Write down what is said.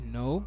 no